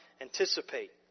anticipate